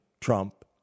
Trump